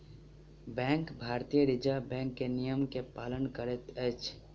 bank भारतीय reserve bank के नियम के पालन करैत अछि